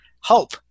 Hope